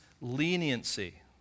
leniency